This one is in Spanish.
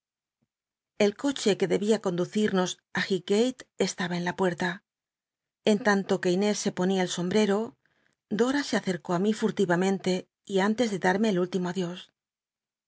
el coche que debia conducirnos í llighgate estaba i la merla bn tanto que inés se ponía el sombteeo dora se acercó i mi furtivamen te y antes de darme el último adios